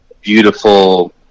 beautiful